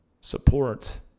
support